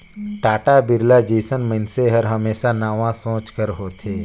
टाटा, बिरला जइसन मइनसे हर हमेसा नावा सोंच कर होथे